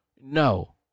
No